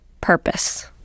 purpose